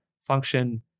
function